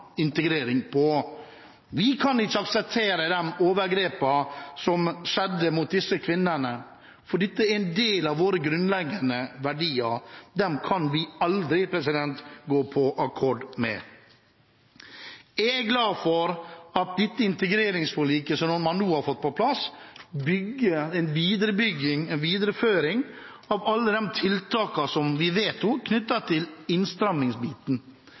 integrering på. Vi kan ikke akseptere de overgrepene som skjedde mot disse kvinnene, for dette er en del av våre grunnleggende verdier. Dem kan vi aldri gå på akkord med. Jeg er glad for at det integreringsforliket som man nå har fått på plass, er en videreføring av alle de tiltakene som vi vedtok, knyttet til innstrammingsbiten.